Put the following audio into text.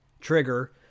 Trigger